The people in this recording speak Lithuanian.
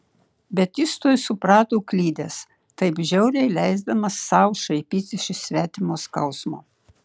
bet jis tuoj suprato klydęs taip žiauriai leisdamas sau šaipytis iš svetimo skausmo